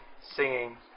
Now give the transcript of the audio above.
singing